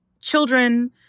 children